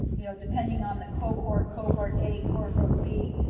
you know, depending on the cohort, cohort a, cohort b,